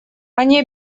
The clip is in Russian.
они